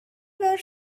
were